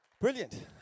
Brilliant